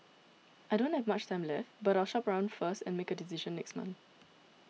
I don't have much time left but I'll shop around first and make a decision next month